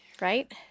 Right